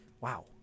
Wow